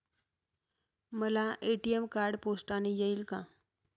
मला ATM card पोस्टाने येईल का?